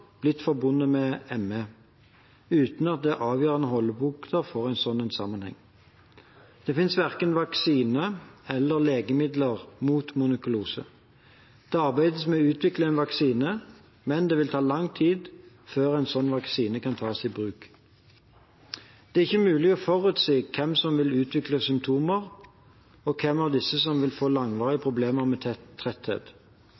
blitt forbundet med ME, uten at det er avgjørende holdepunkter for en slik sammenheng. Det finnes verken vaksiner eller legemidler mot mononukleose. Det arbeides med å utvikle en vaksine, men det vil ta lang tid før en slik vaksine kan tas i bruk. Det er ikke mulig å forutsi hvem som vil utvikle symptomer, og hvem av disse som vil få langvarige